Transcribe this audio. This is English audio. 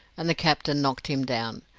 and the captain knocked him down.